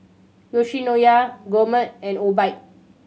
Yoshinoya Gourmet and Obike